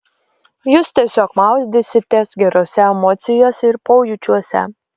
jūs tiesiog maudysitės gerose emocijose ir pojūčiuose